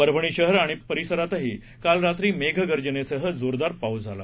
परभणी शहर आणि परिसरातही काल रात्री मेघगर्जनेसह जोरदार पाऊस झाला